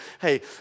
hey